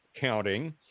counting